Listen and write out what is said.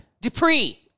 Dupree